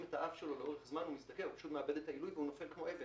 את האף של מטוס לאורך זמן הוא מאבד את העילוי ונופל כמו אבן.